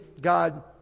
God